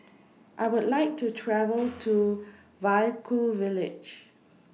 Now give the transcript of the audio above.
I Would like to travel to Vaiaku Village